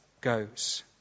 goes